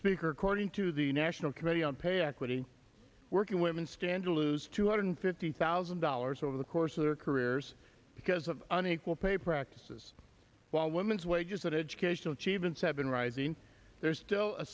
speaker according to the national committee on pay equity working women stand to lose two hundred fifty thousand dollars over the course of their careers because of unequal pay practices while women's wages and educational achievement seven rising there's still a